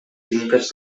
finques